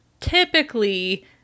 typically